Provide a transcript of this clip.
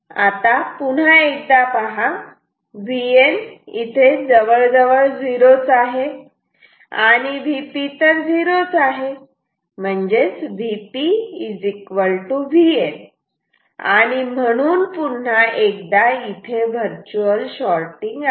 आता पुन्हा एकदा पहा Vn हे जवळजवळ झिरो च आहे आणि Vp हे तर झिरो च आहे म्हणजेच Vp Vn आणि म्हणून पुन्हा एकदा इथे वर्च्युअल शॉटिंग आहे